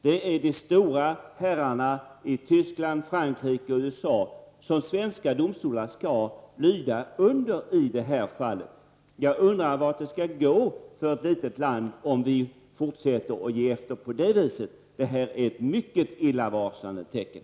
De svenska domstolarna skall i detta fall lyda under de stora herrarna i Tyskland, Frankrike och USA. Jag undrar hur det skall gå för ett litet land som vårt, om vi fortsätter att ge efter på detta sätt. Det är ett mycket illavarslande tecken.